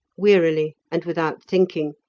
wearily, and without thinking,